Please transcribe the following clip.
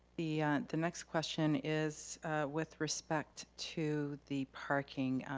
yeah the next question is with respect to the parking.